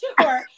sure